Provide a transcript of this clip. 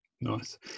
Nice